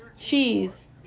cheese